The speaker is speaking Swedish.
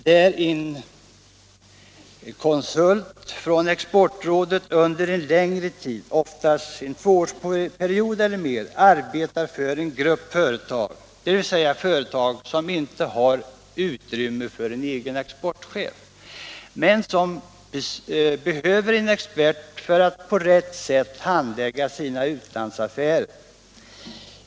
Den innebär att en konsult från Exportrådet under en längre tid, oftast under en tvåårsperiod eller mer, arbetar för en grupp företag, dvs. sådana företag som inte har utrymme för en egen exportchef, men som behöver en expert för att på rätt sätt kunna handlägga sina utlandsaffärer.